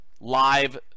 live